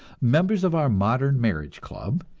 members of our modern marriage club,